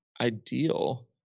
ideal